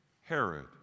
Herod